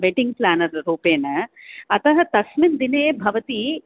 wedding planner रूपेण अतः तस्मिन् दिने भवती